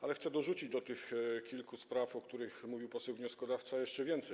Ale chcę dorzucić do tych kilku spraw, o których mówił poseł wnioskodawca, jeszcze więcej.